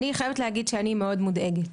אני חייבת לומר שאני מאוד מודאגת.